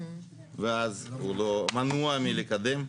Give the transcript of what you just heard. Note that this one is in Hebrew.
ואז הוא מנוע מלקדם.